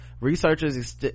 researchers